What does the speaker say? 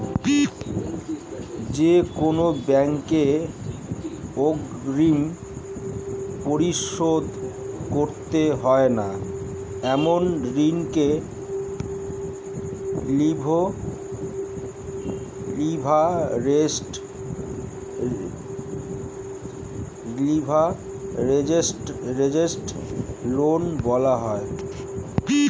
যে লোন কোনো ব্যাক্তিকে অগ্রিম পরিশোধ করতে হয় না এমন ঋণকে লিভারেজড লোন বলা হয়